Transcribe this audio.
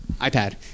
iPad